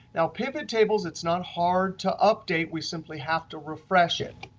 now, pivot tables, it's not hard to update. we simply have to refresh it.